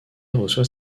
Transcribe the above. reçoit